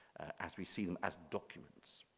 as we see them as documents.